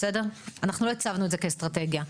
אנחנו לא הצבנו את זה כאסטרטגיה,